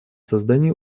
создание